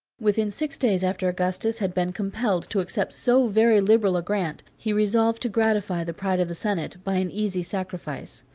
within six days after augustus had been compelled to accept so very liberal a grant, he resolved to gratify the pride of the senate by an easy sacrifice.